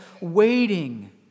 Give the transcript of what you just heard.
waiting